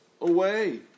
away